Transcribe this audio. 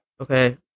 Okay